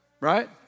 Right